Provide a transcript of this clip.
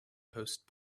post